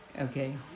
Okay